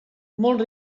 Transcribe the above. molt